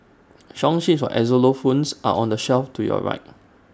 song sheets for xylophones are on the shelf to your right